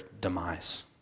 demise